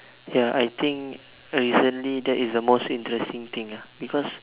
ya I think recently that is the most interesting thing ah because